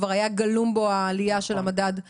כבר היה גלום בו העלייה של מדד המחירים,